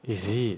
is it